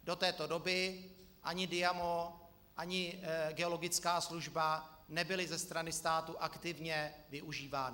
Do této doby ani Diamo, ani geologická služba nebyly ze strany státu aktivně využívány.